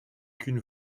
qu’une